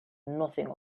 nothing